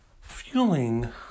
Fueling